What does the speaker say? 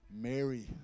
Mary